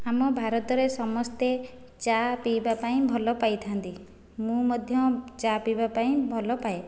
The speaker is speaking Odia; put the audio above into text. ଆମ ଭାରତରେ ସମସ୍ତେ ଚାହା ପିଇବାପାଇଁ ଭଲ ପାଇଥାନ୍ତି ମୁଁ ମଧ୍ୟ ଚାହା ପିଇବାପାଇଁ ଭଲ ପାଏ